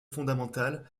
fondamentale